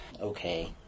okay